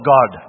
God